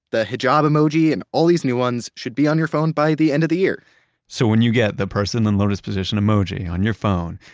the hijab emoji and all these new ones, should be on your phone by the end of the year so when you get the person in lotus position emoji on your phone,